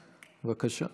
בבקשה.